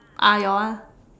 ah your one